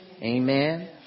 Amen